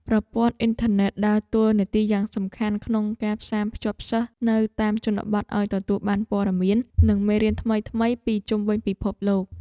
ប្រព័ន្ធអ៊ីនធឺណិតដើរតួនាទីយ៉ាងសំខាន់ក្នុងការផ្សារភ្ជាប់សិស្សនៅតាមជនបទឱ្យទទួលបានព័ត៌មាន និងមេរៀនថ្មីៗពីជុំវិញពិភពលោក។